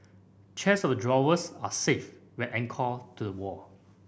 chests of drawers are safe when anchored to the wall